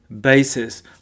basis